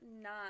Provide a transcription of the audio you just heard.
nine